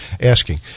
asking